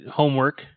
homework